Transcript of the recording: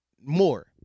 more